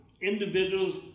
individuals